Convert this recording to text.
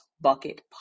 Bucket